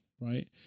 right